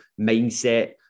mindset